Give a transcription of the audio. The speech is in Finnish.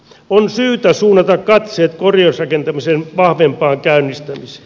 on syytä suunnata katseet korjausrakentamisen vahvempaan käynnistämiseen